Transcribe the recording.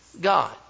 God